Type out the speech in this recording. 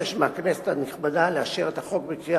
אבקש מהכנסת הנכבדה לאשר את החוק בקריאה